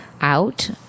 out